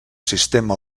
sistema